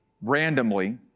randomly